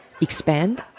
expand